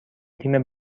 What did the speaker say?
تیم